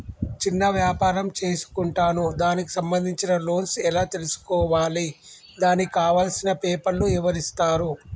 చిన్న వ్యాపారం చేసుకుంటాను దానికి సంబంధించిన లోన్స్ ఎలా తెలుసుకోవాలి దానికి కావాల్సిన పేపర్లు ఎవరిస్తారు?